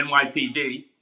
NYPD